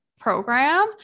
program